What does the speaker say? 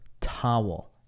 towel